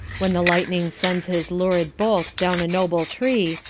when the lightning sends his lurid bolt down a noble tree,